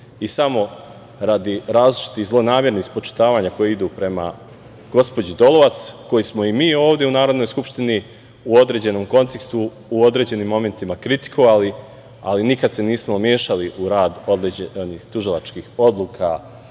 i samo radi različitih zlonamernih spočitavanja koji idu prema gospođi Dolovac, koju smo i mi ovde u Narodnoj skupštini u određenom kontekstu, u određenim momentima kritikovali, ali nikad se nismo mešali u rad određenih tužilačkih odluka,